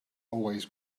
always